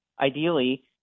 Ideally